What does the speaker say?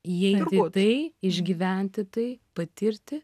įeiti į tai išgyventi tai patirti